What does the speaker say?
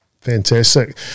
Fantastic